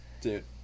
Dude